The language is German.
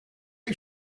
ist